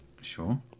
Sure